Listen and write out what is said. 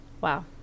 Wow